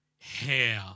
hair